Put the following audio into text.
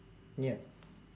ya